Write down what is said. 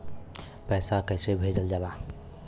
पैसा कैसे भेजल जाला?